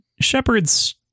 shepherds